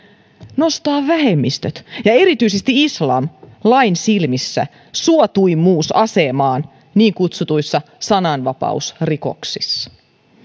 nostaa vähemmistöt ja erityisesti islam lain silmissä suosituimmuusasemaan niin kutsutuissa sananvapausrikoksissa